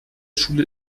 schule